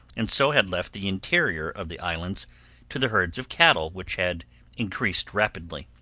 and so had left the interior of the islands to the herds of cattle which had increased rapidly.